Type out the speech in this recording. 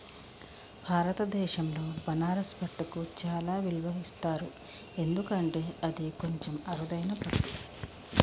భారతదేశంలో బనారస్ పట్టుకు చాలా విలువ ఇస్తారు ఎందుకంటే అది కొంచెం అరుదైన పట్టు